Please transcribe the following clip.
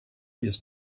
just